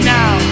now